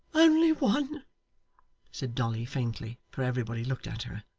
only one said dolly faintly, for everybody looked at her.